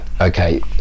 okay